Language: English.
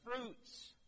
fruits